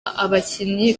abakinnyi